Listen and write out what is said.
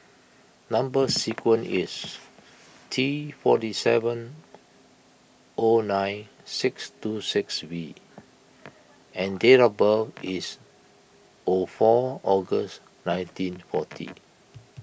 Number Sequence is T forty seven O nine six two six V and date of birth is O four August nineteen forty